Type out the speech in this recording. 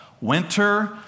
winter